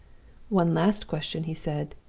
one last question he said,